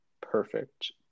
perfect